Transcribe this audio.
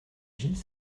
gilles